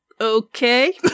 Okay